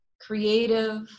creative